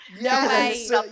Yes